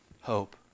hope